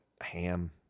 ham